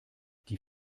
die